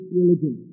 religion